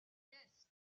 yes